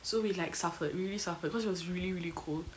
so we like suffered we really suffered cause it was really really cold